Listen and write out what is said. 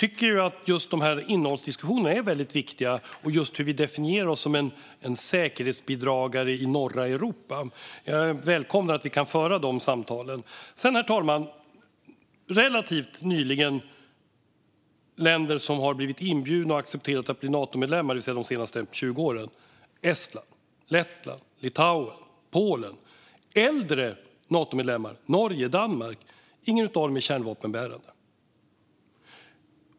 Herr talman! Jag tycker att innehållsdiskussionerna är väldigt viktiga när det gäller just hur vi definierar oss som en säkerhetsbidragare i norra Europa. Jag välkomnar att vi kan föra de samtalen. Herr talman! Av de länder som blivit inbjudna och accepterat att bli Natomedlemmar relativt nyligen, det vill de senaste 20 åren - Estland, Lettland, Litauen, Polen - och äldre Natomedlemmar som Norge och Danmark är inga kärnvapenbärande.